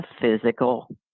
physical